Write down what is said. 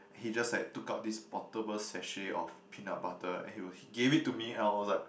he just like took out this portable sachet of peanut butter and he will give it to me and I was like